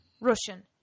Russian